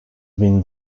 been